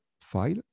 file